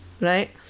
right